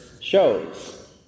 shows